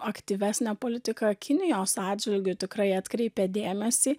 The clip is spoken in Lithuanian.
aktyvesnė politiką kinijos atžvilgiu tikrai atkreipė dėmesį